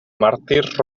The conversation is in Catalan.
màrtirs